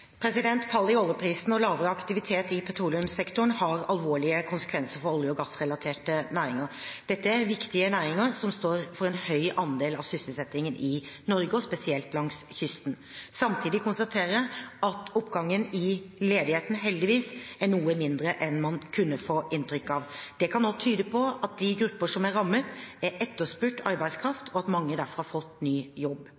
Fallet i oljeprisen og lavere aktivitet i petroleumssektoren har alvorlige konsekvenser for olje- og gassrelaterte næringer. Dette er viktige næringer, som står for en høy andel av sysselsettingen i Norge, og spesielt langs kysten. Samtidig konstaterer jeg at oppgangen i ledigheten heldigvis er noe mindre enn man kan få inntrykk av. Det kan også tyde på at de gruppene som er rammet, er etterspurt arbeidskraft, og at mange derfor har fått ny jobb.